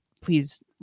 please